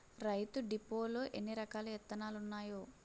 రైతు డిపోలో ఎన్నిరకాల ఇత్తనాలున్నాయో